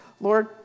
Lord